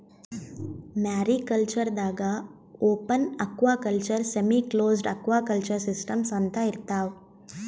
mariculture ದಾಗಾ open aquaculture, semi closed aquaculture systems ಅಂತಾ ಇರ್ತವ್